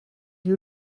you